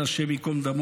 השם ייקום דמו,